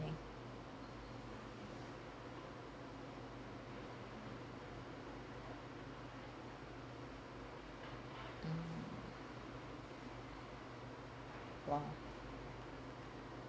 hmm